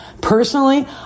Personally